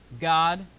God